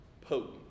potent